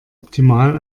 optimal